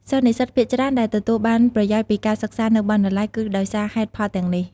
សិស្សនិស្សិតភាគច្រើនដែលទទួលបានប្រយោជន៍ពីការសិក្សានៅបណ្ណាល័យ គឺដោយសារហេតុផលទាំងនេះ។